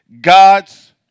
God's